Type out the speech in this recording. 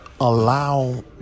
allow